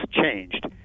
changed